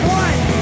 one